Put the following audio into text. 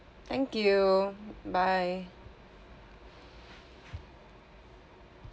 thank you bye